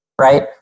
right